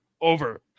over